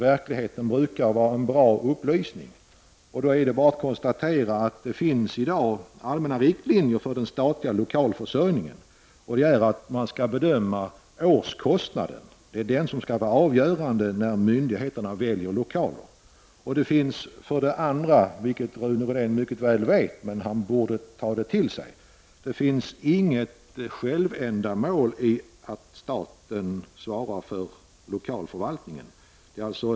Verkligheten brukar ge en bra upplysning. Det är bara att konstatera att det i dag finns allmänna riktlinjer för den statliga lokalförsörjningen. Det är årskostnaden som skall bedömas, och den skall vara avgörande när myndigheterna väljer lokal. För det andra är det — vilket Rune Rydén mycket väl vet, men han borde ta det till sig — inget självändamål att staten svarar för förvaltningen av lokaler.